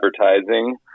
advertising